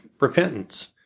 repentance